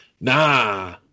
Nah